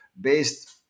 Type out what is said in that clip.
based